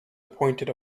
appointed